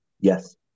yes